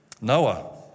Noah